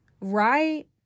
right